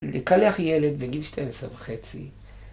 לקלח ילד בגיל 12 וחצי.